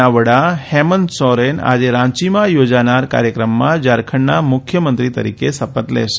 ના વડા હેમંત સોરેન આજે રાંચીમાં યોજાનાર કાર્યક્રમમાં ઝારખંડના મુખ્યમંત્રી તરીકે શપથ લેશે